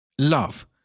Love